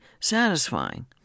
satisfying